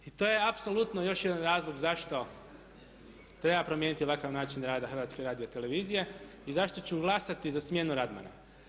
to je apsolutno još jedan razlog zašto treba promijeniti ovakav način rada HRT-a i zašto ću glasati za smjenu Radmana.